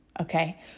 Okay